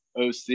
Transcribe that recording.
OC